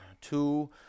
two